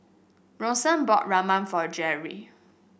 Bronson bought Ramen for Jeri